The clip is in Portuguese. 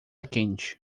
quente